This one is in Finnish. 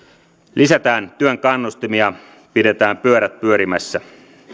lisätään työn kannustimia pidetään pyörät pyörimässä